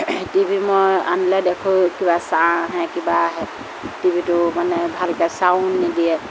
TV মই আনিলে দেখোঁ কিবা চা আহে কিবা আহে টিভিটো মানে ভালকৈ চাউণ্ড নিদিয়ে